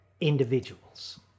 individuals